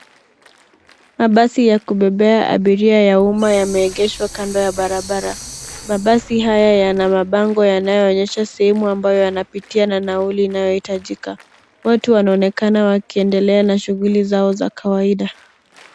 Mabasi ya kubebea abiria ya umma yameegeshwa kando ya barabara. Mabasi haya yana mabango yanayoonyesha sehemu ambayo yanapitia na nauli inayohitajika. Watu wanaonekana wakiendelea na shughuli zao za kawaida.